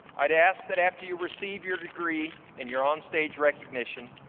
i'd ask that after you receive your degree in your onstage recognition,